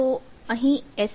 તો અહીં એસ